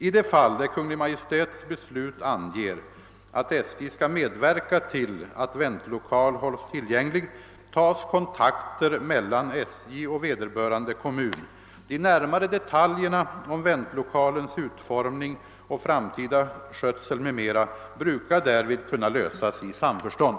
I de fall där Kungl. Maj:ts beslut anger att SJ skall medverka till att väntlokal hålls tillgänglig tas kontakter mellan SJ och vederbörande kommun. De närmare detaljerna om väntlokalens utformning och framtida skötsel m.m. brukar därvid kunna ordnas i samförstånd.